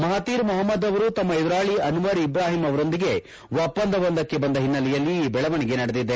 Mahathir Mohamad ಅವರು ತಮ್ಮ ಎದುರಾಳಿ ಅನ್ವರ್ ಇಬ್ರಾಹಿಂ ಅವರೊಂದಿಗೆ ಒಪ್ಪಂದವೊಂದಕ್ಕೆ ಬಂದ ಹಿನ್ನೆಲೆಯಲ್ಲಿ ಈ ಬೆಳವಣಿಗೆ ನಡೆದಿದೆ